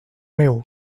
meu